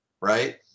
right